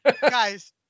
Guys